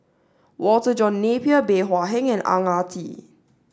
Walter John Napier Bey Hua Heng and Ang Ah Tee